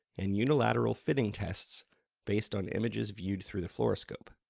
and unilateral fitting tests based on images viewed through the fluoroscope.